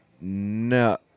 No